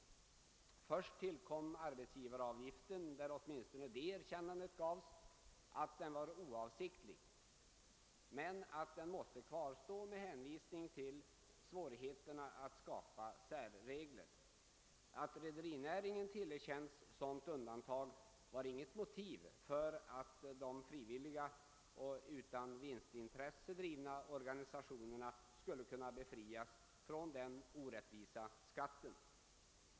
Först tillkom arbetsgivaravgiften, där åtminstone det erkännandet gavs, att den var oavsiktlig men att den måste kvarstå med hänvisning till svårigheterna att skapa särregler. Att rederinäringen tillerkänts sådant undantag var inget motiv för att de frivilliga och utan vinstintresse drivna organisationerna skulle kunna befrias från den orättvisa skatten.